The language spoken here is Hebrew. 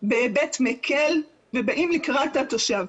בהיבט מקל ובאים לקראת התושב.